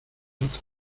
otra